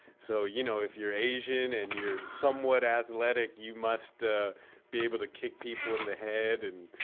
so, you know, if you're asian and you're somewhat athletic, you must ah be able to kick people in the head and,